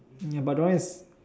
ya but the one is